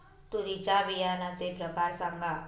तूरीच्या बियाण्याचे प्रकार सांगा